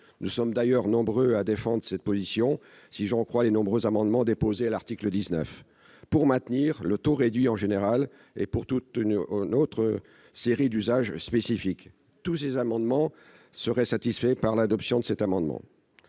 Nous sommes d'ailleurs nombreux à défendre cette position, si j'en crois les nombreux amendements déposés à l'article 19 pour maintenir le taux réduit en général ou pour toute une série d'usages spécifiques. Tous ces amendements seraient satisfaits par l'adoption de l'amendement